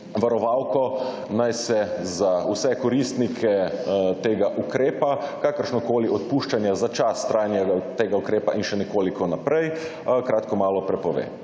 varovalko naj se za vse koristnike tega ukrepa kakršnakoli odpuščanja za čas trajanja tega ukrepa in še nekoliko naprej kratko malo prepove.